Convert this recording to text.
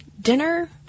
dinner